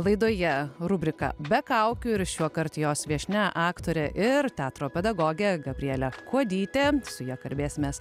laidoje rubrika be kaukių ir šiuokart jos viešnia aktorė ir teatro pedagogė gabrielė kuodytė su ja kalbėsimės